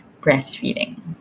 breastfeeding